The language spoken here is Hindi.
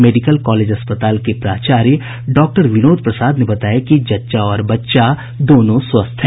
मेडिकल कॉलेज अस्पताल के प्राचार्य डॉक्टर विनोद प्रसाद ने बताया कि जच्चा और बच्चा दोनों स्वस्थ हैं